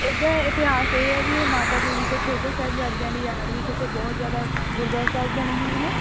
ਇਹਦਾ ਇਤਿਹਾਸ ਇਹ ਆ ਵੀ ਇਹ ਮਾਤਾ ਗੁਜਰੀ ਅਤੇ ਛੋਟੇ ਸਾਹਿਬਜ਼ਾਦਿਆਂ ਦੀ ਯਾਦ ਵਿੱਚ ਇੱਥੇ ਬਹੁਤ ਜ਼ਿਆਦਾ ਗੁਰਦੁਆਰਾ ਸਾਹਿਬ ਬਣੇ ਹੋਏ ਨੇ